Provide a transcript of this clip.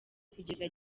kugeza